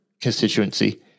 constituency